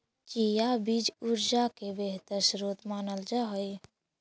chia बीज ऊर्जा के बेहतर स्रोत मानल जा हई